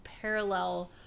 parallel